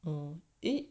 mm eh